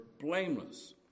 blameless